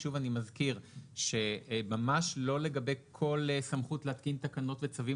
שוב אני מזכיר שממש לא לגבי כל סמכות להתקין תקנות וצווים